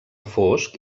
fosc